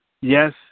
yes